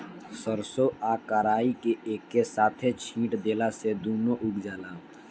सरसों आ कराई एके साथे छींट देला से दूनो उग जाला